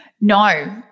No